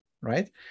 right